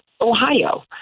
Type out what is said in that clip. Ohio